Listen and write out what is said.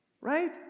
right